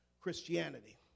Christianity